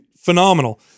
phenomenal